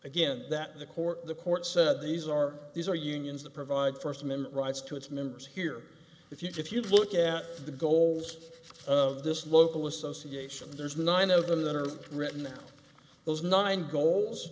again that the court the court said these are these are unions that provide first amendment rights to its members here if you look at the goals of this local association there's nine of them that are written those nine goals